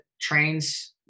trains